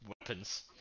Weapons